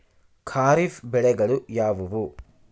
ಖಾರಿಫ್ ಬೆಳೆಗಳು ಯಾವುವು?